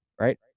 right